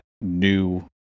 new